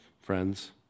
friends